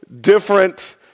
different